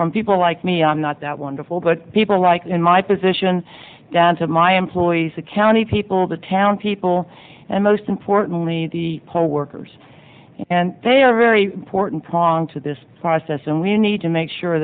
from people like me i'm not that wonderful but people like in my position down to my i employ the county people the town people and most importantly the poll workers and they are very important pong to this process and we need to make sure